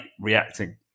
reacting